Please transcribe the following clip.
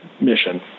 mission